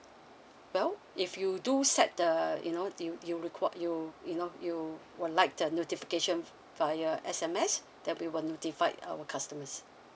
well if you do set the you know you you you require you you know you will like the notifications via S_M_S that we will notify our customers